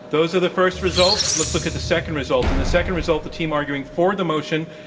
those are the first results. let's look at the second results. in the second result, the team arguing for the motion,